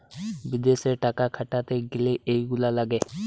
বিদেশে টাকা খাটাতে গ্যালে এইগুলা লাগে